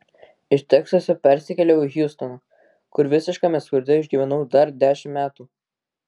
iš teksaso persikėliau į hjustoną kur visiškame skurde išgyvenau dar dešimt metų